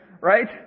Right